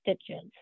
stitches